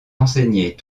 enseigner